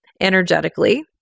energetically